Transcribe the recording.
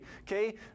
okay